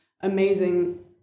amazing